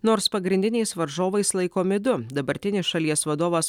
nors pagrindiniais varžovais laikomi du dabartinis šalies vadovas